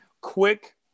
Quick